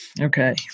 okay